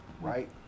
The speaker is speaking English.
Right